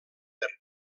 per